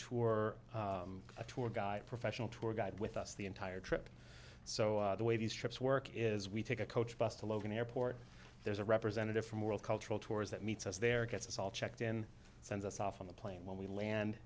tour a tour guide professional tour guide with us the entire trip so the way these trips work is we take a coach bus to logan airport there's a representative from world cultural tours that meets us there gets us all checked in sends us off on the plane when we land